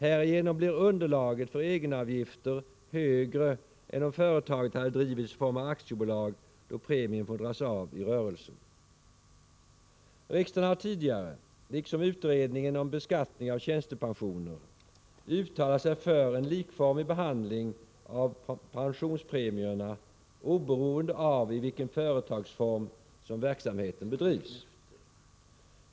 Härigenom blir underlaget för egenavgifter högre än om företaget hade drivits i form av aktiebolag, då premien får dras av i rörelsen. Riksdagen har tidigare, liksom utredningen om beskattning av tjänstepensioner, uttalat sig för en likformig behandling av pensionspremierna oberoende av i vilken företagsform som verksamheten bedrivs.